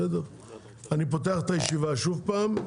אני פותח את הישיבה שוב פעם.